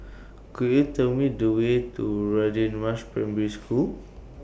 Could YOU Tell Me The Way to Radin Mas Primary School